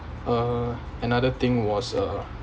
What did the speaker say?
uh another thing was uh